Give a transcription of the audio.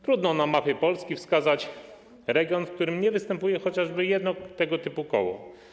Trudno na mapie Polski wskazać region, w którym nie występuje chociażby jedno tego typu koło.